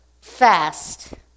fast